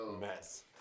mess